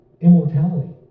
immortality